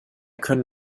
können